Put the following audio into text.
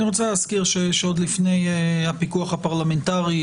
אני רוצה להזכיר שעוד לפני הפיקוח הפרלמנטרי,